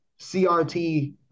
CRT